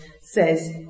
says